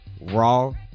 raw